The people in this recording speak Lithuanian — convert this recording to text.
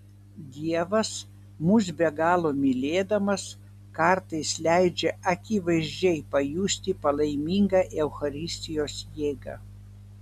dievas mus be galo mylėdamas kartais leidžia akivaizdžiai pajusti palaimingą eucharistijos jėgą